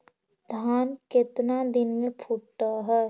धान केतना दिन में फुट है?